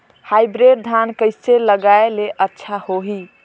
Hybrid धान कइसे लगाय ले अच्छा होही?